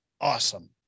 awesome